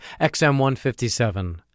XM157